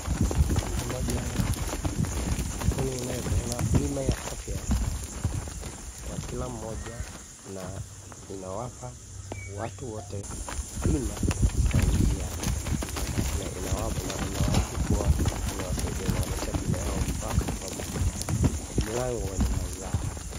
Hii ni moja ya kampuni inayopeana bima ya afya, kwa kila mmoja na inawapa watu wote bima sawia na inawaahidinkuwa inawaletea bima mpaka kwa mlango wa nyumba zao.